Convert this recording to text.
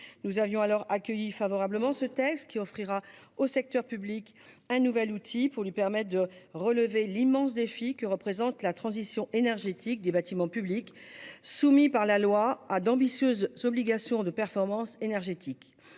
Nous avions alors accueilli favorablement ce texte, qui offrira au secteur public un nouvel outil pour relever l'immense défi que représente la transition énergétique des bâtiments publics, soumis par la loi à d'ambitieuses obligations de performance énergétique.